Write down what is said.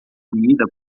comida